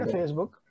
Facebook